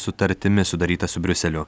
sutartimi sudaryta su briuseliu